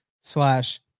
slash